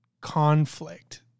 conflict